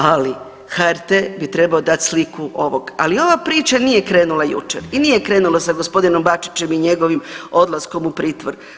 Ali HRT bi trebao dati sliku ovog, ali ova priča nije krenula jučer i nije krenula sa gospodinom Bačićem i njegovim odlaskom u pritvor.